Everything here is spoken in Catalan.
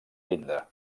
llinda